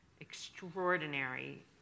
extraordinary